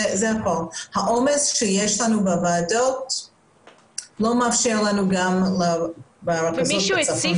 העומס שיש לנו בוועדות לא מאפשר לנו לעשות בצפון ובדרום.